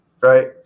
right